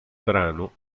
brano